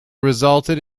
resulted